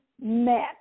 met